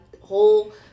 whole